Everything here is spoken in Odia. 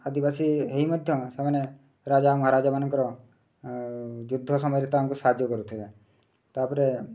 ଆଦିବାସୀ ହେଇ ମଧ୍ୟ ସେମାନେ ରାଜା ମହାରାଜା ମାନଙ୍କର ଯୁଦ୍ଧ ସମୟରେ ତାଙ୍କୁ ସାହାଯ୍ୟ କରୁଥିଲେ ତା'ପରେ